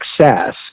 success